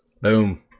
Boom